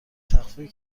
تخفیف